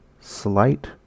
slight